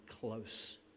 close